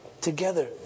together